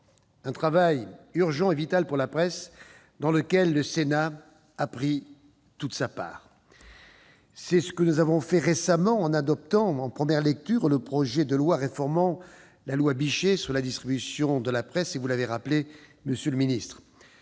ce travail urgent et vital pour la presse, le Sénat a pris toute sa part. C'est ce que nous avons fait récemment en adoptant en première lecture le projet de loi réformant la loi Bichet sur la distribution de la presse. Ce texte préserve la